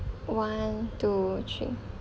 one two three